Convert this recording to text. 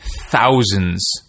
thousands